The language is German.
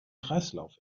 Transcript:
kreislauf